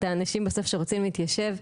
את האנשים בסוף שרוצים להתיישב.